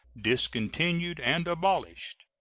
discontinued and abolished.